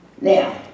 Now